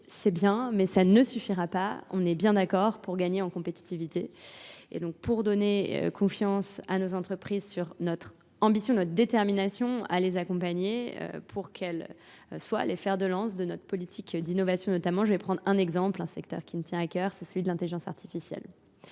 c'est bien mais ça ne suffira pas, on est bien d'accord pour gagner en compétitivité. Et donc pour donner confiance à nos entreprises sur notre ambition, notre détermination à les accompagner pour qu'elles soient les fers de lance de notre politique d'innovation notamment, je vais prendre un exemple, un secteur qui me tient à cœur, c'est celui de l'intelligence artificielle.